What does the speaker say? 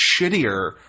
shittier